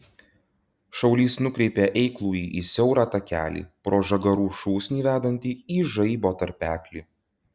šaulys nukreipė eiklųjį į siaurą takelį pro žagarų šūsnį vedantį į žaibo tarpeklį